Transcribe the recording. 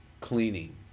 cleaning